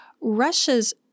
Russia's